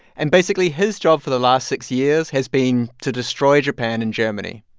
and, basically, his job for the last six years has been to destroy japan and germany.